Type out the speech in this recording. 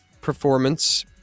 performance